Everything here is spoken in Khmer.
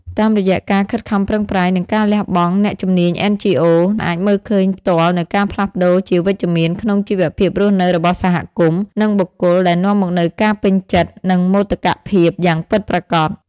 តាមរយៈការខិតខំប្រឹងប្រែង និងការលះបង់ អ្នកជំនាញ NGO អាចមើលឃើញផ្ទាល់នូវការផ្លាស់ប្ដូរជាវិជ្ជមានក្នុងជីវភាពរស់នៅរបស់សហគមន៍ និងបុគ្គល ដែលនាំមកនូវការពេញចិត្ត និងមោទកភាពយ៉ាងពិតប្រាកដ។